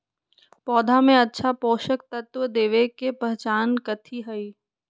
पौधा में अच्छा पोषक तत्व देवे के पहचान कथी हई?